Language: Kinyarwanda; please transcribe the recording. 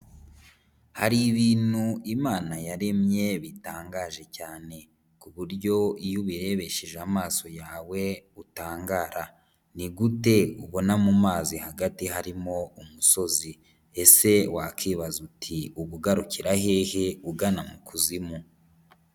Hari ibintu Imana yaremye bitangaje cyane. Ku buryo iyo ubirebesheje amaso yawe utangara. Ni gute ubona mu mazi hagati harimo umusozi? Ese wakibaza uti uba ugarukira hehe ugana mu kuzimu!